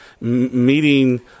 meeting